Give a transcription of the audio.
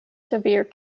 severe